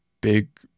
big